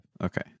okay